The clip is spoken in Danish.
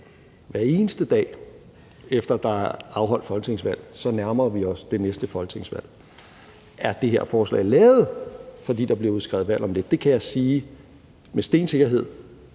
Hver eneste dag efter at der er afholdt folketingsvalg, nærmer vi os det næste folketingsvalg. Er det her forslag lavet, fordi der bliver udskrevet valg om lidt? Til det kan jeg sige med stensikkerhed,